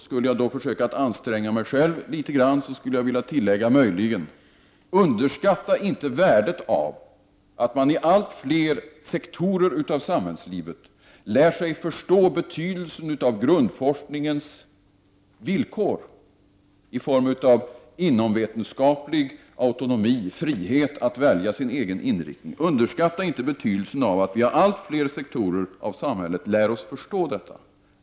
Skulle jag försöka att anstränga mig själv litet grand, kan jag tillägga att vi inte skall underskatta värdet av att man i allt fler sektorer i samhällslivet lär sig förstå betydelsen av grundforskningens villkor i form av inomvetenskaplig autonomi, frihet att välja sin egen inriktning. Underskatta inte betydelsen av att vi i allt fler sektorer av samhället lär oss förstå detta.